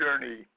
journey